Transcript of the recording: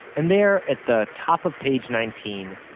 and there, at the top of page nineteen,